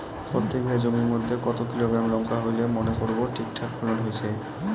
প্রত্যেক বিঘা জমির মইধ্যে কতো কিলোগ্রাম লঙ্কা হইলে মনে করব ঠিকঠাক ফলন হইছে?